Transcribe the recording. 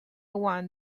one